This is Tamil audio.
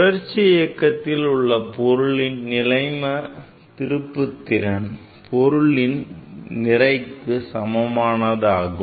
சுழற்சி இயக்கத்தில் உள்ள பொருளின் நிலைம திருப்புத்திறன் பொருளின் நிறைக்கு சமமானதாகும்